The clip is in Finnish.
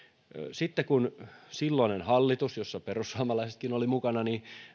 sitten kun silloinen hallitus jossa perussuomalaisetkin oli mukana